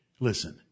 Listen